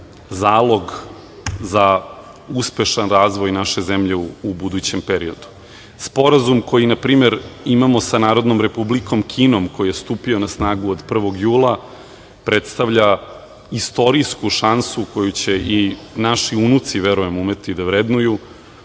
zalog za uspešan razvoj naše zemlje u budućem periodu. Sporazum koji npr. imamo sa Narodnom Republikom Kinom, koji je stupio na snagu od 1. jula, predstavlja istorijsku šansu koju će i naši unuci, verujem, umeti da vrednuju,